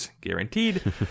guaranteed